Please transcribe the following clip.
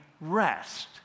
rest